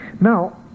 Now